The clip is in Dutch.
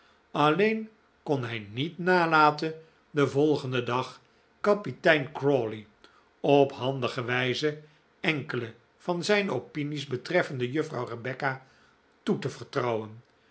alleen kon hij niet nalaten den volgenden dag kapitein crawley op handige wijze enkele van zijn opinies betreffende juffrouw rebecca toe te vertrouwen